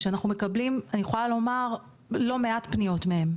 שאנחנו מקבלים אני יכולה לומר לא מעט פניות מהם,